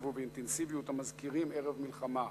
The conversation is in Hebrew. ובאינטנסיביות המזכירים ערב מלחמה.